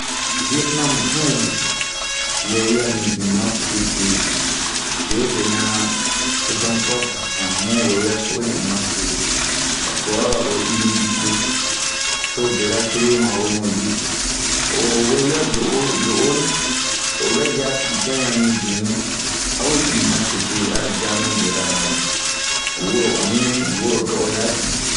Viɛtinamu tun ,wɛwia mibin matete, be wo be a suasɔntura pursan bun wewia so we ɛn ba se. Ba tubara ro imidite, to bera cururu mawe mun yi. Ho wewia do'onu to'o vɛyi a pinoian ɲa ma ɛn bin ɲa. Awe uwi matete a yamu bera ra. Woro ani woro dɔ'ɔya bin.